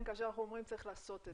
כאשר אנחנו אומרים 'צריך לעשות את זה'.